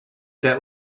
that